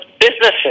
businesses